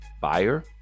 buyer